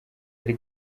yari